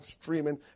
streaming